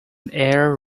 air